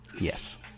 Yes